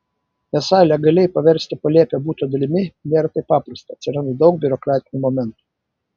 esą legaliai paversti palėpę buto dalimi nėra taip paprasta atsiranda daug biurokratinių momentų